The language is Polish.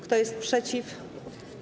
Kto jest przeciw?